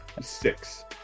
Six